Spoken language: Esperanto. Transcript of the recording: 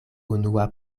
unua